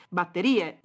batterie